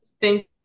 thank